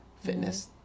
fitness